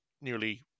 nearly